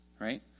right